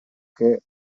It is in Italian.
che